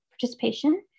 participation